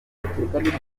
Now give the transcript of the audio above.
amateka